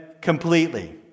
completely